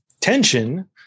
tension